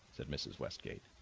said mrs. westgate.